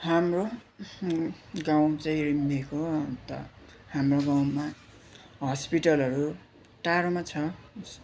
हाम्रो गाउँ चाहिँ रिम्बिक हो अन्त हाम्रो गाउँमा हस्पिटलहरू टाढोमा छ